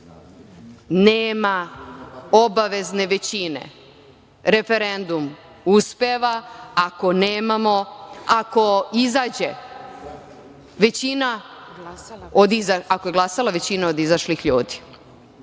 nema obavezne većine, referendum uspeva ako je glasala većina od izašlih ljudi?